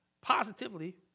positively